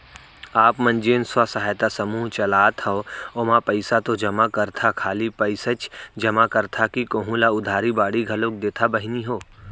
आप मन जेन स्व सहायता समूह चलात हंव ओमा पइसा तो जमा करथा खाली पइसेच जमा करथा कि कोहूँ ल उधारी बाड़ी घलोक देथा बहिनी हो?